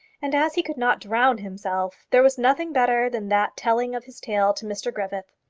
and as he could not drown himself, there was nothing better than that telling of his tale to mr griffith.